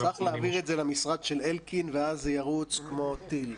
צריך להעביר את זה למשרד של אלקין ואז זה ירוץ כמו טיל.